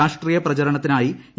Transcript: രാഷ്ട്രീയ പ്രചരണത്തിനായി ഇ